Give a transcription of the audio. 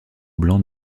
blanc